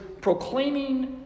proclaiming